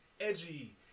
edgy